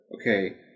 okay